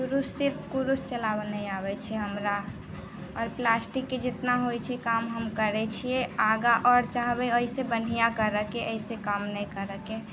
क्रूस सिर्फ क्रूस चलाबय नहि आबैत छै हमरा आओर प्लास्टिकके जितना होइ छै काम हम करैत छियै आगाँ आओर चाहबै एहिसँ बढ़िआँ करयके एहिसँ कम न करयके